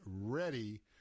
ready